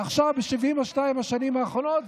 ועכשיו ב-72 השנים האחרונות,